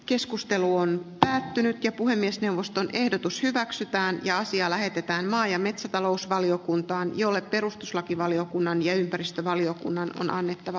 keskustelu on päättynyt ja puhemiesneuvoston ehdotus hyväksytään ja asia lähetetään maa ja metsätalousvaliokuntaan jolle perustuslakivaliokunnan ja ympäristövaliokunnan meidän elää